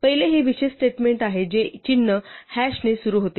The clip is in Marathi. पहिले हे विशेष स्टेटमेंट आहे जे चिन्ह हॅश ने सुरू होते